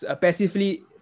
passively